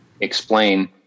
explain